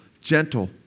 gentle